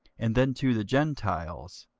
and then to the gentiles,